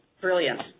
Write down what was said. brilliant